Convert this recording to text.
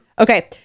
Okay